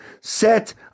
set